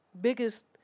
biggest